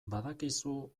badakizu